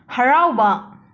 ꯍꯔꯥꯎꯕ